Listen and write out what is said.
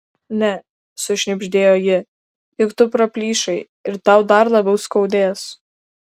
ne sušnibždėjo ji juk tu praplyšai ir tau dar labiau skaudės